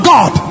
God